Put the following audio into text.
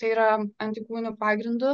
tai yra antikūnų pagrindu